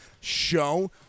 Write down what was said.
show